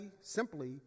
simply